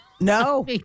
No